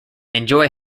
enjoy